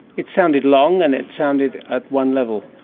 it sounded long and it sounded at one level.